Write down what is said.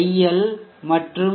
L மற்றும் ஐ